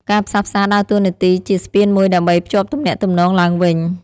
ការផ្សះផ្សាដើរតួនាទីជា ស្ពានមួយដើម្បីភ្ជាប់ទំនាក់ទំនង ឡើងវិញ។